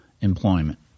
employment